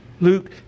Luke